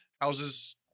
houses